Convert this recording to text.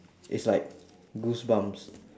it's like goosebumps